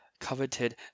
coveted